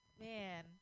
Man